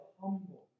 humble